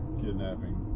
kidnapping